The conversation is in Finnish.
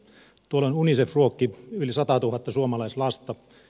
tuolloin unicef ruokki yli sataatuhatta suomalaislasta